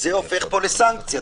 זה הופך פה לסנקציה.